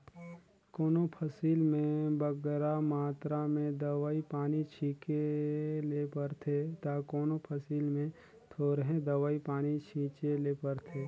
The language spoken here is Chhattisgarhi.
कोनो फसिल में बगरा मातरा में दवई पानी छींचे ले परथे ता कोनो फसिल में थोरहें दवई पानी छींचे ले परथे